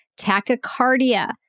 tachycardia